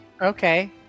Okay